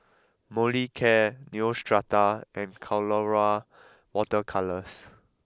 Molicare Neostrata and Colora water colours